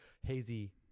hazy